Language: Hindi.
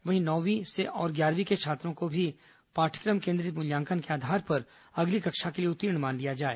वहीं नौवीं और ग्याहरवीं के छात्रों को भी पाठ्यक्रम केंद्रित मूल्यांकन के आधार पर अगली कक्षा के लिए उतीर्ण मान लिया जाए